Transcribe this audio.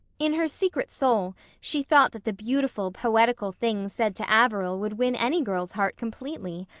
in her secret soul she thought that the beautiful, poetical things said to averil would win any girl's heart completely.